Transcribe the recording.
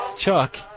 Chuck